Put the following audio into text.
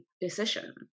decision